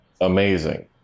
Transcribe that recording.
amazing